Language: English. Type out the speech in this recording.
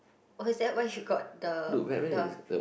okay is that where you got the the